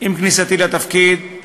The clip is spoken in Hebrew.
עם כניסתי לתפקיד,